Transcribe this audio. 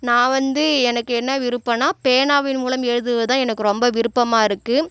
நான் வந்து எனக்கு என்ன விருப்பம்னால் பேனாவின் மூலம் எழுதுவது தான் எனக்கு ரொம்ப விருப்பமாக இருக்குது